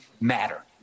matter